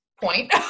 point